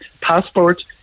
Passport